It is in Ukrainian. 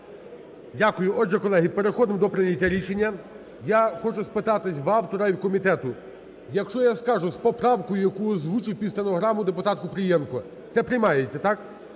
Дякую. Отже, колеги, переходимо до прийняття рішення. Я хочу спитатися в автора і в комітету, якщо я скажу з поправкою, яку озвучив під стенограму депутат Купрієнко, це приймається, так.